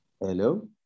Hello